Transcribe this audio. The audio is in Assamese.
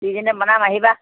দুইজনীয়ে বনাম আহিবা